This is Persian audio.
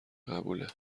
قبوله